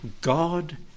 God